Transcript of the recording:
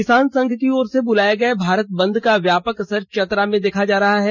किसान संघ की ओर से बुलाये गए भारत बंद का व्यापक असर चतरा में देखा जा रहा है